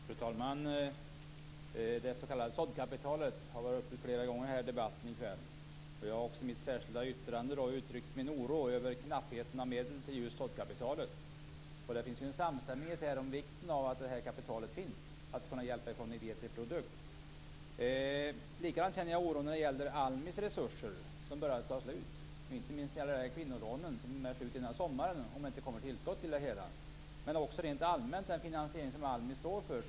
Fru talman! Det s.k. såddkapitalet har varit uppe i debatten flera gånger här i kväll. Jag har i mitt särskilda yttrande uttryckt min oro över knappheten i medel till just såddkapitalet. Det råder en samstämmighet här om vikten av att det kapitalet finns för att kunna hjälpa från idé till produkt. Likadant känner jag oro när det gäller ALMI:s resurser, som börjar ta slut. Det gäller inte minst kvinnolånen, som är slut före sommaren om det inte kommer ett tillskott. Det gäller också rent allmänt den finansierig som ALMI står för.